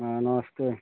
हाँ नमस्ते